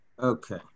Okay